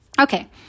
Okay